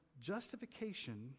justification